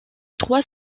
trois